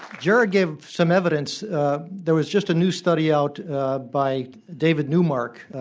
jared gave some evidence there was just a new study out by david neumark,